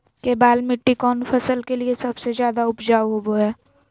केबाल मिट्टी कौन फसल के लिए सबसे ज्यादा उपजाऊ होबो हय?